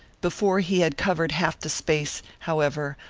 before he had covered half the space, however,